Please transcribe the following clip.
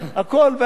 אני מעריך אותו.